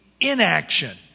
inaction